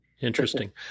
interesting